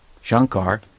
Shankar